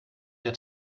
der